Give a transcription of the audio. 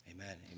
Amen